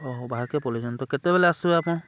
ଓହୋ ବାହାର୍କେ ପଲେଇଛନ୍ ତ କେତେବେଲେ ଆସ୍ବେ ଆପଣ୍